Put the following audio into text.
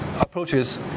approaches